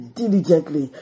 diligently